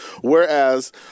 Whereas